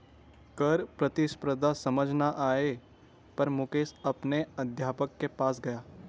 कर प्रतिस्पर्धा समझ ना आने पर मुकेश अपने अध्यापक के पास गया